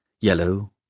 yellow